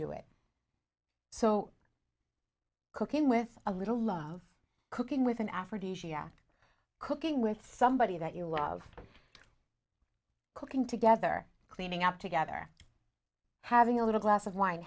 do it so cooking with a little love cooking with an aphrodisiac cooking with somebody that you love cooking together cleaning up together having a little glass of wine